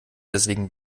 deshalb